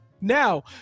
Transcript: Now